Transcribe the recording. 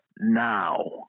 now